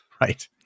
right